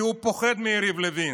כי הוא פוחד מיריב לוין.